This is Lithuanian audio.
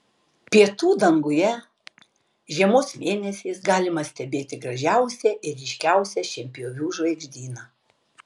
pietų danguje žiemos mėnesiais galima stebėti gražiausią ir ryškiausią šienpjovių žvaigždyną